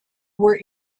were